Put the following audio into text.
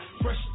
Fresh